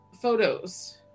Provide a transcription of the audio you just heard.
photos